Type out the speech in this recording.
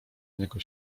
niego